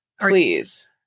please